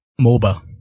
MOBA